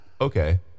Okay